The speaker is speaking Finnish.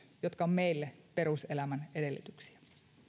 jotka ovat meille peruselämän edellytyksiä